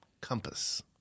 Compass